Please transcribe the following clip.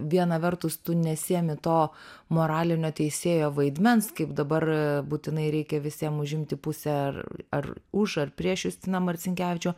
viena vertus tu nesiėmi to moralinio teisėjo vaidmens kaip dabar būtinai reikia visiem užimti pusę ar ar už ar prieš justiną marcinkevičių